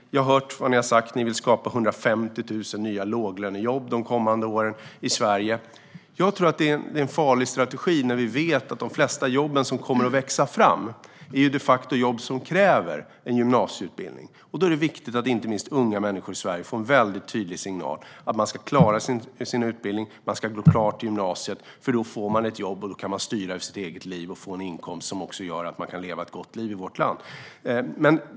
Jag har hört vad ni har sagt. Ni vill skapa 150 000 nya låglönejobb de kommande åren i Sverige. Jag tror att det är en farlig strategi när vi vet att de flesta jobb som kommer att växa fram är jobb som kräver en gymnasieutbildning. Då är det viktigt att inte minst unga människor i Sverige får en väldigt tydlig signal om att de ska klara sin utbildning. Man ska gå klart gymnasiet, för då får man ett jobb, och då kan man styra över sitt eget liv och få en inkomst som gör att man kan leva ett gott liv i vårt land.